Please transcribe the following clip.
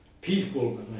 People